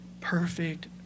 Perfect